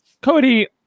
Cody